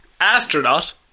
Astronaut